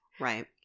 right